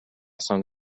sung